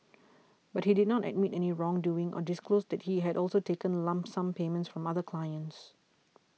but he did not admit any wrongdoing or disclose that he had also taken lump sum payments from other clients